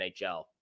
NHL